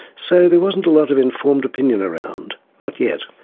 so there wasn't a lot of informed opinion around. not yet.